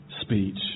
speech